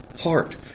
heart